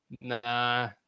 nah